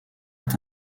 est